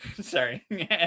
sorry